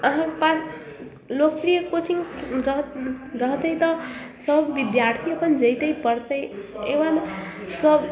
अहाँके पास लोकप्रिय कोचिंग रहतै तऽ सब बिद्यार्थी अपन जैतै पढ़तै एवं सब